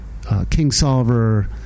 Kingsolver